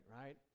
right